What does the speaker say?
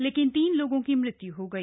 लेकिन तीन लोगों की मृत्यु हो गई